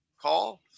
call